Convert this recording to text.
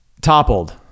toppled